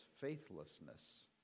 faithlessness